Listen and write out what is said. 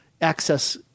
access